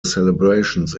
celebrations